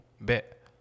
Bet